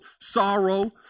sorrow